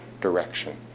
direction